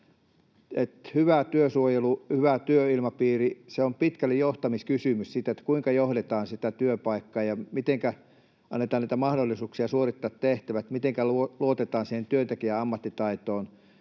hyvä työsuojelu ja hyvä työilmapiiri on pitkälti johtamiskysymys siitä, kuinka johdetaan sitä työpaikkaa ja mitenkä annetaan niitä mahdollisuuksia suorittaa tehtävät, mitenkä luotetaan siihen työntekijän ammattitaitoon,